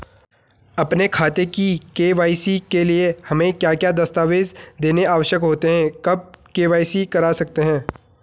अपने खाते की के.वाई.सी के लिए हमें क्या क्या दस्तावेज़ देने आवश्यक होते हैं कब के.वाई.सी करा सकते हैं?